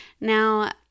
Now